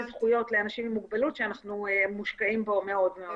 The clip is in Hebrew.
זכויות לאנשים עם מוגבלות שאנחנו מושקעים בו מאוד מאוד.